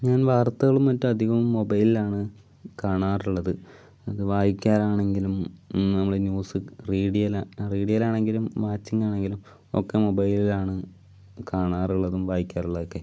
ഞാൻ വാർത്തകളും മറ്റും അധികവും മൊബൈലിലാണ് കാണാറുള്ളത് അത് വായിക്കാനാണെങ്കിലും നമ്മൾ ന്യൂസ് റീഡ് ചെയ്യാൻ റീഡ് ചെയ്യാൻ ആണെങ്കിലും വാച്ചിങ് ആണെങ്കിലും ഒക്കെ മൊബൈലിലാണ് കാണാറുള്ളതും വായിക്കാറുള്ളതൊക്കെ